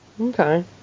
Okay